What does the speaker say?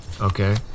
Okay